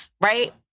right